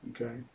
okay